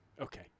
okay